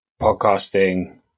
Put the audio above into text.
podcasting